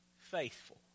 Faithful